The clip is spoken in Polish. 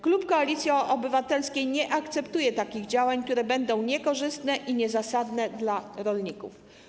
Klub Koalicji Obywatelskiej nie akceptuje działań, które będą niekorzystne i niezasadne dla rolników.